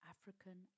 African